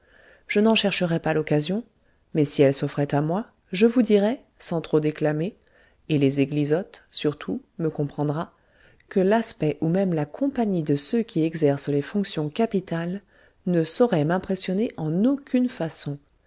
je n'en chercherais pas l'occasion mais si elle s'offrait à moi je vous dirais sans trop déclamer et les eglisottes surtout me comprendra que l'aspect ou même la compagnie de ceux qui exercent les fonctions capitales ne saurait m'impressionner en aucune façon